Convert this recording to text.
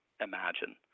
imagine